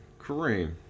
Kareem